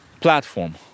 platform